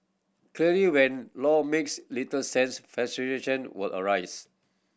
clearly when law makes little sense frustration were arise